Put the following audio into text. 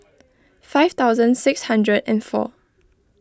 five thousand six hundred and four